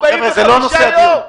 חברים, זה לא הנושא של הדיון.